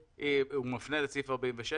מיסוי מקרקעין מפנה לסעיף 46,